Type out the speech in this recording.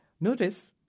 Notice